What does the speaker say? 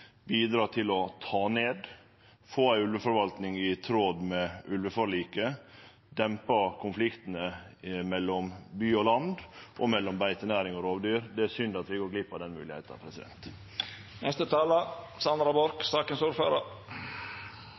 til å ta ned, til å få ei ulveforvaltning i tråd med ulveforliket, og til å dempe konfliktane mellom by og land og mellom beitenæring og rovdyr. Det er synd at vi går glipp av den